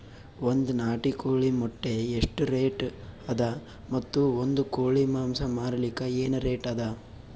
ಒಂದ್ ನಾಟಿ ಕೋಳಿ ಮೊಟ್ಟೆ ಎಷ್ಟ ರೇಟ್ ಅದ ಮತ್ತು ಒಂದ್ ಕೋಳಿ ಮಾಂಸ ಮಾರಲಿಕ ಏನ ರೇಟ್ ಅದ?